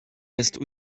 restent